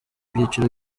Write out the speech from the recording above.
byiciro